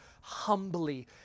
humbly